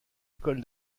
école